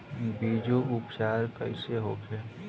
बीजो उपचार कईसे होखे?